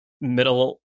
middle